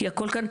כי הכל כאן,